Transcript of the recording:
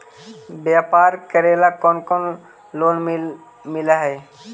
व्यापार करेला कौन कौन लोन मिल हइ?